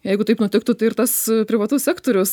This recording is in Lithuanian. jeigu taip nutiktų tai ir tas privatus sektorius